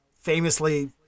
famously